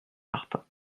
martin